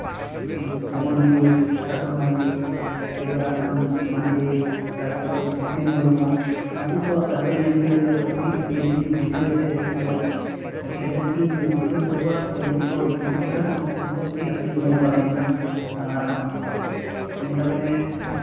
ᱡᱮᱢᱚᱱ ᱠᱤ ᱥᱟ ᱫᱷᱩ ᱢᱟᱱᱰᱤ ᱥᱮ ᱜᱚᱨᱪᱟᱸᱫᱽ ᱢᱟᱱᱰᱤ ᱛᱟᱨᱯᱚᱨᱮ ᱡᱤᱛᱮᱱ ᱢᱩᱨᱢᱩ ᱩᱱᱠᱩ ᱠᱚᱣᱟᱜ ᱜᱟᱛᱮᱜ ᱧᱮᱞᱛᱮ ᱤᱧ ᱫᱚ ᱟᱹᱰᱤ ᱵᱮᱥᱤᱧ ᱵᱩᱡᱷᱟᱹᱣᱛᱮ ᱤᱧ ᱫᱚ ᱟᱹᱰᱤ ᱠᱟᱡᱟᱠ ᱜᱤᱧ ᱠᱩᱥᱤᱣᱟᱛᱟ ᱠᱚᱣᱟ ᱥᱮ ᱩᱱᱠᱩ ᱫᱚ ᱤᱭᱩᱴᱩᱵ ᱠᱚᱨᱮ ᱦᱚᱸ ᱩᱝᱠᱩᱣᱟᱜ ᱜᱮ ᱜᱟᱛᱮᱜ ᱤᱧ ᱧᱮᱞ ᱵᱟᱲᱟᱭᱟ ᱤᱧ ᱫᱚ ᱟᱨ ᱤᱱᱟᱹ ᱠᱟᱛᱮᱫ